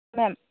ma'am